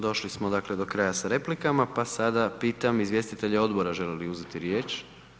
Došli smo dakle do kraja s replikama, pa sada pitam izvjestitelja odbora želi li uzeti riječ?